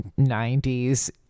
90s